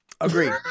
agreed